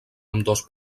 ambdós